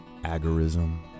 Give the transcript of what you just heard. agorism